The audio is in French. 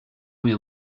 vient